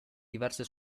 diverse